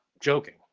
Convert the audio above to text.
joking